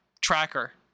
tracker